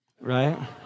right